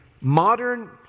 modern